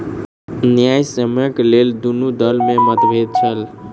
न्यायसम्यक लेल दुनू दल में मतभेद छल